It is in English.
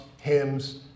hymns